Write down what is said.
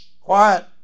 Quiet